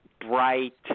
bright